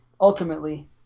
ultimately